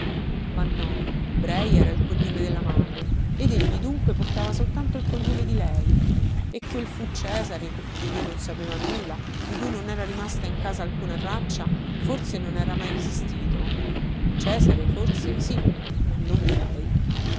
ma no brei era il cognome della madre ed egli dunque portava soltanto il cognome di lei e quel fu cesare di cui non sapeva nulla di cui non era rimasta in casa alcuna traccia forse non era mai esistito cesare forse sì ma non brei